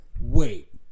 Wait